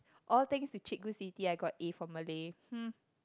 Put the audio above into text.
all thanks to Cikgu-Siti I got A for Malay